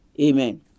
Amen